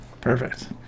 Perfect